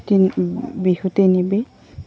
তিনি বিহু তিনি বিধ